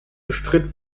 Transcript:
bestritt